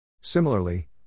Similarly